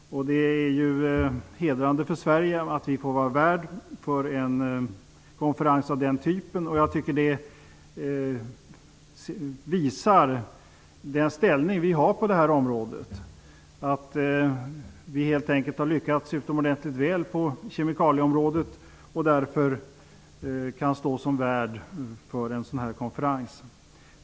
Det är hedrande för Sverige att få vara värd för en konferens av den typen. Det visar den ställning Sverige har på detta område, nämligen att Sverige helt enkelt lyckats utomordentligt väl på kemikalieområdet och därför kan stå som värd för en sådan konferens.